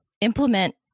implement